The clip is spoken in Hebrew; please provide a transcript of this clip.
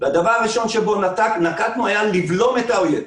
הדבר הראשון שבו נקטנו היה לבלום את האויב,